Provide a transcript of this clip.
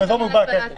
באזור מוגבל.